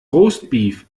roastbeef